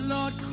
Lord